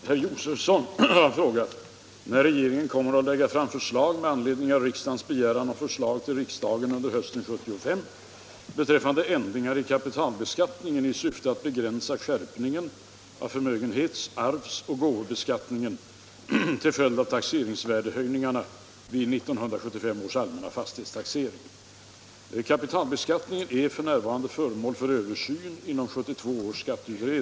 När kommer regeringen att framlägga förslag med anledning av riksdagens begäran om förslag till riksdagen under hösten 1975 beträffande ändringar i kapitalbeskattningen i syfte att begränsa skärpningen av förmögenhets-, arvsoch gåvobeskattningen till följd av taxeringsvärdehöjningarna vid 1975 års allmänna fastighetstaxering? Anser statsrådet det förenligt med svensk syn på jämställdhet mellan könen att vid folkoch bostadsräkningen anse mannen i en familj som familjeöverhuvud och bostadsinnehavare?